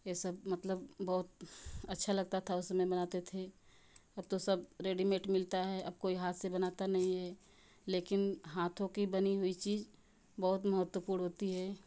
यह सब मतलब बहुत अच्छा लगता था उस समय बनाते थे अब तो सब रेडीमेड मिलता है अब कोई हाथ से बनाता नहीं है लेकिन हाथों की बनी हुई चीज़ बहुत महत्वपूर्ण होती है